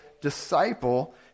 disciple